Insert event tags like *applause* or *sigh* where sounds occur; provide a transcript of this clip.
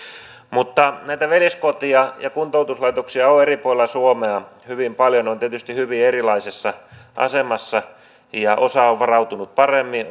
mutta näitä veljeskoteja ja kuntoutuslaitoksia on eri puolilla suomea hyvin paljon ja ne ovat tietysti hyvin erilaisessa asemassa osa on varautunut paremmin *unintelligible*